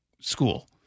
school